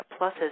pluses